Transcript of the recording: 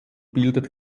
bildet